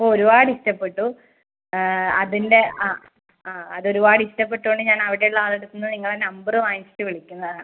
ഒരുപാട് ഇഷ്ടപ്പെട്ടു അതിൻ്റെ ആ ആ അത് ഒരുപാട് ഇഷ്ടപ്പെട്ടോണ്ട് ഞാൻ അവിടെയുള്ള ആളെ അടുത്തുന്ന് നിങ്ങളുടെ നമ്പർ വാങ്ങിച്ചിട്ട് വിളിക്കുന്നത് ആണ്